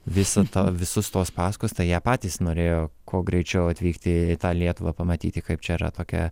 visa ta visus tos pasakos tai jie patys norėjo kuo greičiau atvykti lietuvą pamatyti kaip čia yra tokia